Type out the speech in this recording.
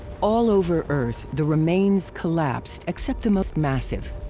all over earth the remains collapsed except the most massive.